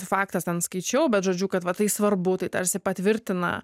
faktas ten skaičiau bet žodžiu kad va tai svarbu tai tarsi patvirtina